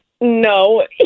No